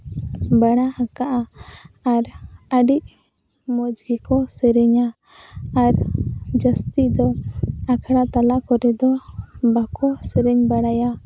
ᱵᱟᱲᱟ ᱦᱟᱠᱟᱜᱼᱟ ᱟᱨ ᱟᱹᱰᱤ ᱢᱚᱡᱽ ᱜᱮᱠᱚ ᱥᱮᱨᱮᱧᱟ ᱟᱨ ᱡᱟᱹᱥᱛᱤ ᱫᱚ ᱟᱠᱷᱲᱟ ᱛᱟᱞᱟ ᱠᱚᱨᱮ ᱫᱚ ᱵᱟᱠᱚ ᱥᱮᱨᱮᱧ ᱵᱟᱲᱟᱭᱟ